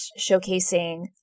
showcasing